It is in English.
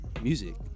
music